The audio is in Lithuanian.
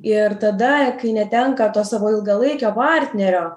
ir tada kai netenka to savo ilgalaikio partnerio